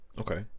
Okay